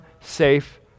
safe